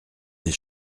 des